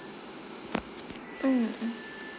mm mm